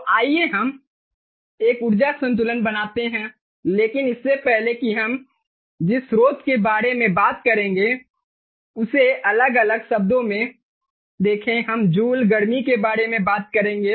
तो आइए हम एक ऊर्जा संतुलन बनाते हैं लेकिन इससे पहले कि हम जिस स्रोत के बारे में बात करेंगे उसे अलग अलग शब्दों में देखें हम जूल गर्मी के बारे में बात करेंगे